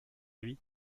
lui